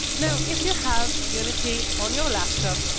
now, if you have unity on your laptop,